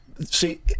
see